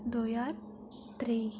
दो ज्हार त्रेई